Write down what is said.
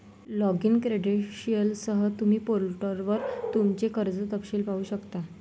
login क्रेडेंशियलसह, तुम्ही पोर्टलवर तुमचे कर्ज तपशील पाहू शकता